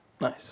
Nice